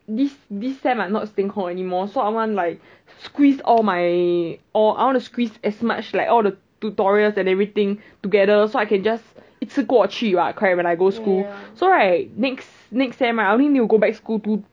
this this sem I not staying hall anymore so I want like squeeze all my or I want to squeeze as much like all the tutorials and everything together so I can just 一次过去 [what] right correct when I go school so right next next right sem I only need to go back school two